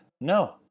No